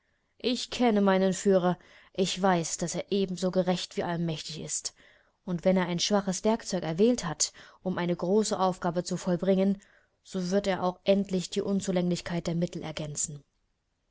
ich kenne meinen führer ich weiß daß er ebenso gerecht wie allmächtig ist und wenn er ein schwaches werkzeug erwählt hat um eine große aufgabe zu vollbringen so wird er auch endlich die unzulänglichkeit der mittel ergänzen